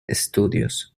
estudios